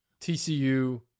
TCU